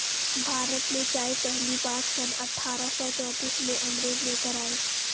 भारत में चाय पहली बार सन अठारह सौ चौतीस में अंग्रेज लेकर आए